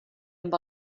amb